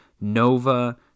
Nova